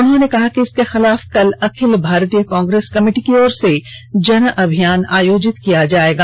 उन्होंने कहा कि इसके खिलाफ कल अखिल भारतीय कांग्रेस कमिटी की ओर से जनअभियान आयोजित किया जायेगा